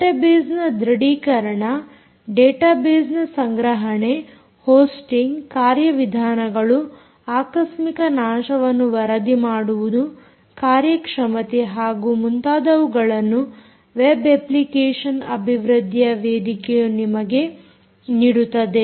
data ಬೇಸ್ನ ದೃಢೀಕರಣ data ಬೇಸ್ನ ಸಂಗ್ರಹಣೆ ಹೊಸ್ಟಿಂಗ್ ಕಾರ್ಯ ವಿಧಾನಗಳು ಆಕಸ್ಮಿಕ ನಾಶವನ್ನು ವರದಿ ಮಾಡುವುದು ಕಾರ್ಯಕ್ಷಮತೆ ಹಾಗೂ ಮುಂತಾದವುಗಳನ್ನು ವೆಬ್ ಅಪ್ಲಿಕೇಷನ್ ಅಭಿವೃದ್ದಿಯ ವೇದಿಕೆಯು ನಿಮಗೆ ನೀಡುತ್ತದೆ